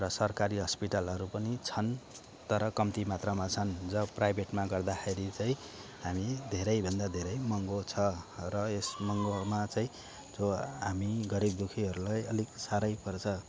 र सरकारी हस्पिटलहरू पनि छन् तर कम्ती मात्रामा छन् जब प्राइभेटमा गर्दाखेरि चै हामी धेरैभन्दा धेरै महँगो छ र यस महँगोमा चाहिँ जो हामी गरिब दुःखीहरूलाई अलिक साह्रै पर्छ